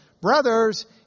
Brothers